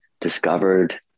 discovered